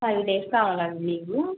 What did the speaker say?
five days కావాలండి leave